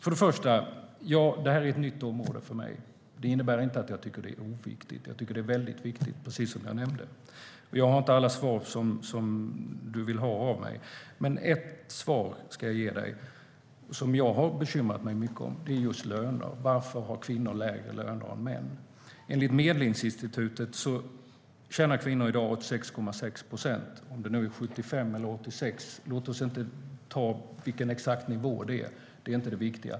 Herr talman! Detta är ett nytt område för mig. Det innebär inte att jag tycker att det är oviktigt. Jag tycker att det är mycket viktigt, precis som jag nämnde. Jag har inte alla svar som du vill ha av mig, Ann-Christin Ahlberg. Men ett svar ska jag ge dig som gäller något som jag har bekymrat mig mycket över, och det gäller just löner. Varför har kvinnor lägre löner än män? Enligt Medlingsinstitutet tjänar kvinnor i dag 86,6 procent av det som män tjänar. Den exakta siffran - om det är 75 procent eller 86 procent - är inte det viktiga.